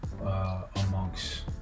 Amongst